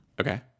okay